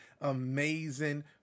amazing